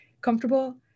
comfortable